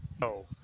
no